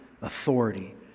authority